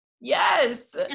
Yes